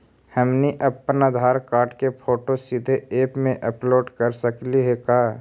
हमनी अप्पन आधार कार्ड के फोटो सीधे ऐप में अपलोड कर सकली हे का?